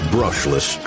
Brushless